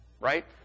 Right